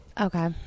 Okay